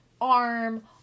arm